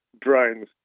drones